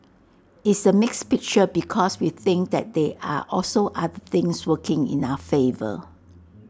it's A mixed picture because we think that they are also other things working in our favour